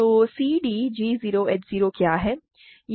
तो c d g 0 h 0 क्या है